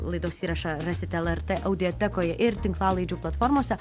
laidos įrašą rasite lrt audiotekoj ir tinklalaidžių platformose